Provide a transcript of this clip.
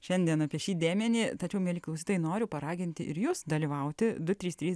šiandien apie šį dėmenį tačiau mieli klausytojai noriu paraginti ir jos dalyvauti du trys trys